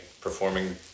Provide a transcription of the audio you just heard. performing